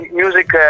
music